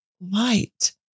light